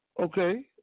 Okay